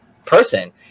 person